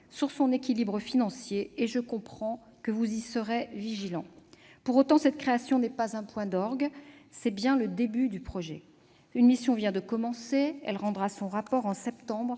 sur son équilibre financier- je comprends que vous y serez vigilants. Pour autant, cette création n'est pas un point d'orgue, c'est bien le début du projet. Une mission vient d'être lancée, et elle rendra son rapport en septembre